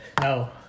No